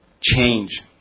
change